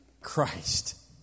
Christ